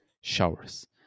showers